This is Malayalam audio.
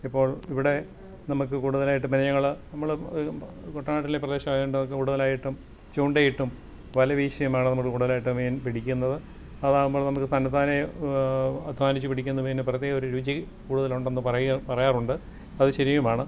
ഇപ്പോള് ഇവിടെ നമുക്ക് കൂടുതലായിട്ടും മീനുകൾ നമ്മൾ കുട്ടനാട്ടിലെ പ്രദേശം ആയോണ്ട് കൂടുതലായിട്ടും ചൂണ്ടയിട്ടും വല വീശിയുമാണ് നമ്മൾ കൂടുതലായിട്ട് മീന് പിടിക്കുന്നത് അതാവുമ്പോള് നമുക്ക് തന്നത്താനെ അധ്വാനിച്ച് പിടിക്കുന്ന മീനിന് പ്രത്യേക ഒരു രുചി കൂടുതൽ ഉണ്ടെന്ന് പറയുക പറയാറുണ്ട് അത് ശരിയുമാണ്